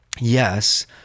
yes